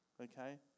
okay